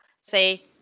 Say